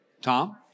Tom